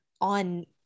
on